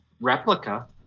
replica